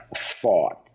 fought